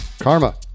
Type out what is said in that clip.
Karma